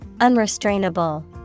Unrestrainable